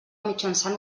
mitjançant